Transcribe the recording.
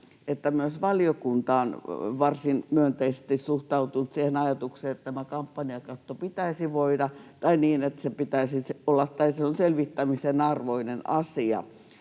että myös valiokunta on varsin myönteisesti suhtautunut siihen ajatukseen, että tämä kampanjakatto on selvittämisen arvoinen asia.